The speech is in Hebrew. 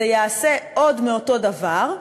זה יעשה עוד מאותו דבר,